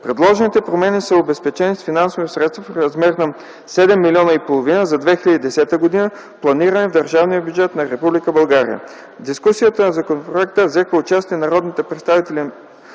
Предложените промени са обезпечени с финансови средства в размер на 7,5 млн. лв. за 2010 г., планирани в държавния бюджет на Република България. В дискусията по законопроекта взеха участие народните представители